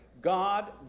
God